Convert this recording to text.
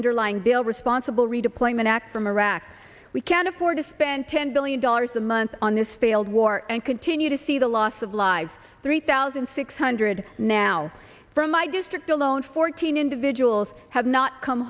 underlying bill responsible redeployment act from iraq we can afford to spend ten billion dollars the month on this failed war and continue to see the loss of lives three thousand six hundred now from my district alone fourteen individuals have